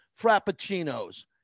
frappuccinos